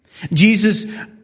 Jesus